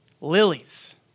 Lilies